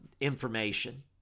information